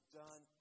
done